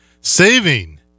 Saving